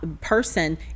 Person